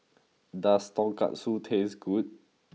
does Tonkatsu taste good